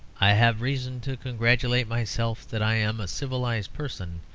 i have reason to congratulate myself that i am a civilised person,